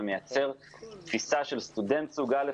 ומייצר תפיסה של סטודנט סוג א',